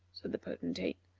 said the potentate.